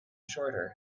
shorter